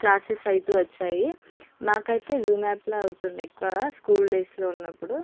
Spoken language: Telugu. క్లాసెస్ అవుతూ వచ్చాయి మాకైతే జూమ్ యాప్లో అవుతుండే ఎక్కువగా స్కూల్ డేస్లో ఉన్నప్పుడు